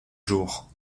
jour